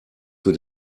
für